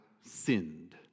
sinned